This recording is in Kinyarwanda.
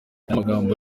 amagambo